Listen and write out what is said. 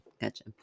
Gotcha